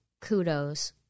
kudos